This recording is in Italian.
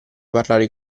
parlare